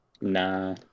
Nah